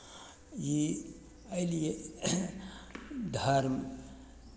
ई एहिलिए धर्म